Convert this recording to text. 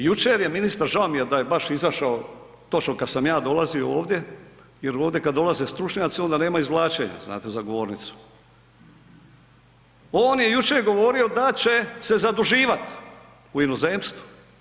Međutim, jučer je ministar, žao mi je da je baš izašao točno kada sam ja dolazio ovdje jer ovdje kada dolaze stručnjaci onda nema izvlačenja znate za govornicu, on je jučer govorio da će se zaduživat u inozemstvu.